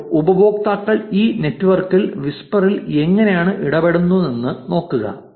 ഇപ്പോൾ ഉപയോക്താക്കൾ ഈ നെറ്റ്വർക്കിൽ വിസ്പറിൽ എങ്ങനെയാണ് ഇടപെടുന്നതെന്ന് നോക്കുക